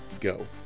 go